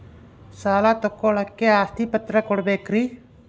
ಸಾಲ ತೋಳಕ್ಕೆ ಆಸ್ತಿ ಪತ್ರ ಕೊಡಬೇಕರಿ?